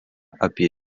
apie